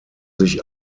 sich